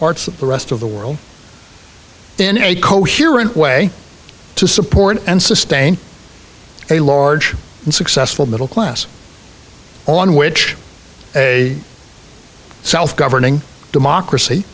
parts of the rest of the world in a coherent way to support and sustain a large and successful middle class on which a south governing democracy